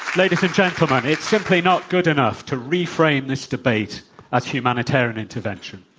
ladies and gentlemen, it's simply not good enough to reframe this debate as humanitarian intervention.